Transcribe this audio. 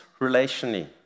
relationally